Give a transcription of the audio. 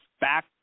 Back